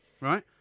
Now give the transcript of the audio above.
right